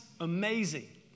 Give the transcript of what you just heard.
amazing